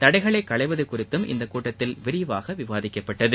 தடைகளை களைவது குறித்தும் இக்கூட்டத்தில் விரிவாக விவாதிக்கப்பட்டது